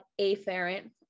afferent